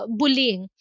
bullying